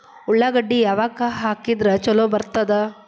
ಉಳ್ಳಾಗಡ್ಡಿ ಯಾವಾಗ ಹಾಕಿದ್ರ ಛಲೋ ಬರ್ತದ?